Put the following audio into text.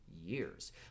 years